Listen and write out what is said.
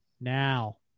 Now